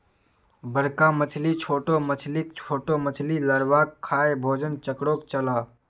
बड़का मछली छोटो मछलीक, छोटो मछली लार्वाक खाएं भोजन चक्रोक चलः